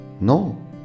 No